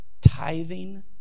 Tithing